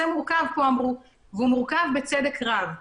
מורכב כמו שאמרו כאן והוא מורכב בצדק רב.